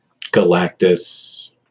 Galactus